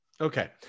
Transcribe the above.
okay